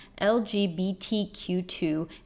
LGBTQ2